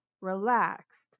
relaxed